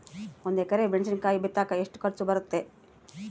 ಒಂದು ಎಕರೆ ಮೆಣಸಿನಕಾಯಿ ಬಿತ್ತಾಕ ಎಷ್ಟು ಖರ್ಚು ಬರುತ್ತೆ?